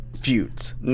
feuds